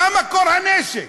מה מקור הנשק?